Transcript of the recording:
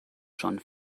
schon